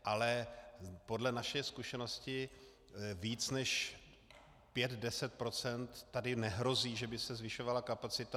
Ale podle našich zkušeností víc než 510 % tady nehrozí, že by se zvyšovala kapacita.